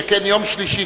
שכן יום שלישי,